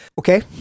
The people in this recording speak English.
Okay